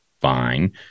fine